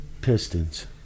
Pistons